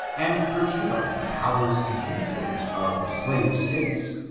and eurtidl the powers and influence of the slave states,